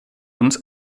uns